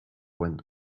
went